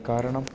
കാരണം